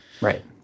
right